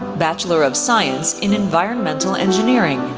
bachelor of science in environmental engineering.